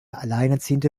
alleinerziehende